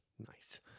nice